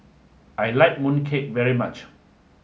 I like mooncake very much